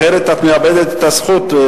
אחרת את מאבדת את הזכות.